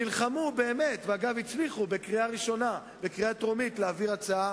נלחמו והצליחו להעביר בקריאה טרומית הצעה